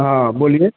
हाँ बोलिए